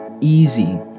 easy